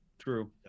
True